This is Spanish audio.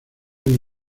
hay